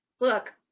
Look